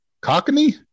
Cockney